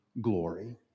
glory